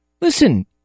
Listen